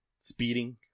Speeding